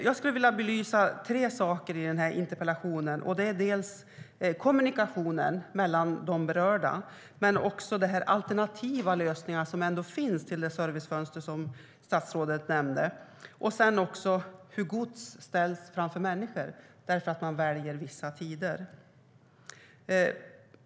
Jag ska belysa tre saker i interpellationen: kommunikationen mellan de berörda, de alternativa lösningar som finns till det servicefönster som statsrådet nämnde och hur gods ställs framför människor för att man väljer vissa tider.